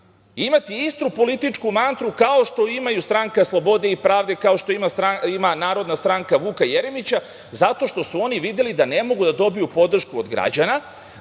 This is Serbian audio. imati istu političku mantru kao što imaju SSP, kao što ima Narodna stranka Vuka Jeremića, zato što su oni videli da ne mogu da dobiju podršku od građana,